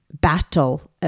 battle